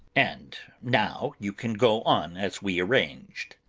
and now you can go on as we arranged.